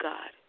God